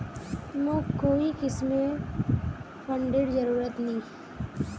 मोक कोई किस्मेर फंडेर जरूरत नी